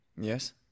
Yes